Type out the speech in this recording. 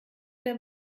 der